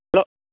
hello